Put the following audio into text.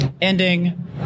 ending